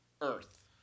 Earth